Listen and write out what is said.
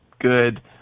good